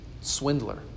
swindler